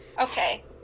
Okay